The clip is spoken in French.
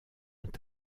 ont